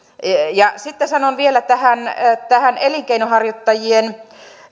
sitten sanon vielä tästä elinkeinonharjoittajien